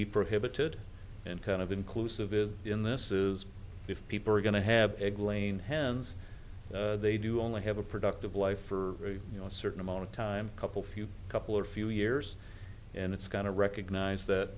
be prohibited and kind of inclusive is in this is if people are going to have egg laying hens they do only have a productive life for you know a certain amount of time a couple few couple or few years and it's going to recognize that